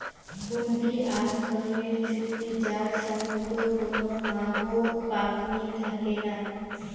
হুন্ডি আক ধরণের চুক্তি যার সঙ্গত কোনো মাহও পকনী থাকে নাই